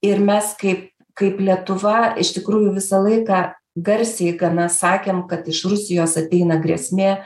ir mes kaip kaip lietuva iš tikrųjų visą laiką garsiai gana sakėm kad iš rusijos ateina grėsmė